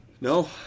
No